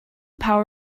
power